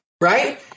right